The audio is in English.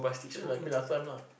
same like me last time lah